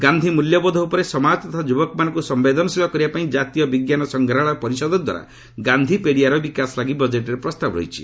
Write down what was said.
ଗାନ୍ଧି ମୂଲ୍ୟବୋଧ ଉପରେ ସମାଜ ତଥା ଯୁବକମାନଙ୍କୁ ସମ୍ଭେଦନଶୀଳ କରିବାପାଇଁ ଜାତୀୟ ବିଜ୍ଞାନ ସଂଗ୍ରହାଳୟ ପରିଷଦଦ୍ୱାରା ଗାନ୍ଧିପେଡ଼ିଆର ବିକାଶ ଲାଗି ବଜେଟ୍ରେ ପ୍ରସ୍ତାବ ରହିଛି